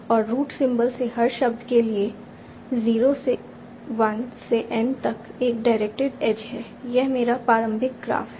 और root symbol से हर शब्द के लिए 0 से 1 से n तक एक डायरेक्टेड एज है यह मेरा प्रारंभिक ग्राफ है